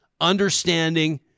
understanding